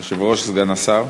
אדוני היושב-ראש, סגן השר,